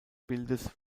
bildes